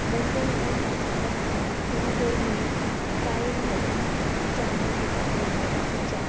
गंजण आमी पावसाच्या दिसांनी किंवां गरमेन च्यायेन घालून ती च्या आमी पितात गंजणाची च्या